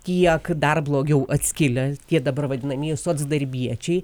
tiek dar blogiau atskilę tie dabar vadinamieji socdarbiečiai